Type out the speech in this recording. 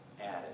added